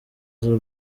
z’u